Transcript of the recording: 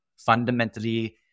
fundamentally